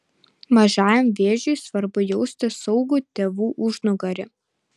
mažajam vėžiui svarbu jausti saugų tėvų užnugarį